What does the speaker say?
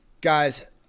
Guys